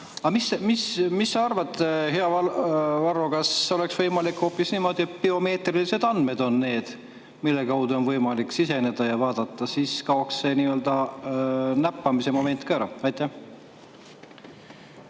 Mis sa arvad, hea Varro, kas oleks võimalik hoopis niimoodi, et biomeetrilised andmed on need, mille abil on võimalik siseneda ja vaadata? Siis kaoks see näppamise moment ära. Aitäh!